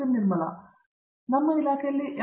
ನಿರ್ಮಲ ನಾವು ನಮ್ಮ ಇಲಾಖೆಯಲ್ಲಿ ಎಂ